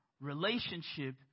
relationship